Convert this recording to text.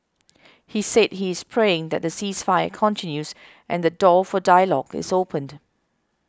he said he is praying that the ceasefire continues and the door for dialogue is opened